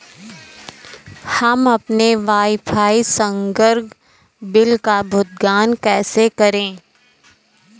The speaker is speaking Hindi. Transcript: हम अपने वाईफाई संसर्ग बिल का भुगतान कैसे करें?